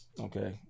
Okay